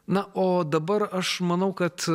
na o dabar aš manau kad